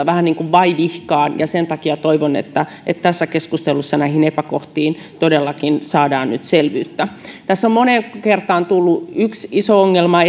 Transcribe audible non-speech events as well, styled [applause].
[unintelligible] vähän niin kuin vaivihkaa ja sen takia toivon että että tässä keskustelussa näihin epäkohtiin todellakin saadaan nyt selvyyttä tässä on moneen kertaan tullut yksi iso ongelma [unintelligible]